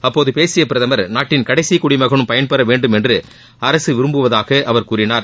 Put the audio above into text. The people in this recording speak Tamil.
அப்போது பேசிய பிரதமர் நாட்டின் களடசி குடிமகனும் பயன்பெற வேண்டும் என்று அரசு விரும்புவதாக அவர் கூறினார்